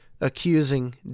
accusing